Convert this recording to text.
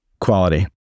Quality